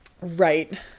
Right